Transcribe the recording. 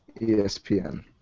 ESPN